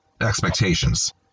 ...expectations